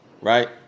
Right